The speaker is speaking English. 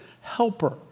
helper